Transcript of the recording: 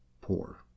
poor